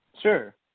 Sure